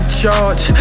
charge